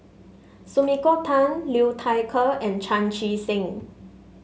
Sumiko Tan Liu Thai Ker and Chan Chee Seng